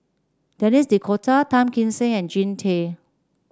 Denis D'Cotta Tan Kim Seng and Jean Tay